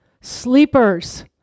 Sleepers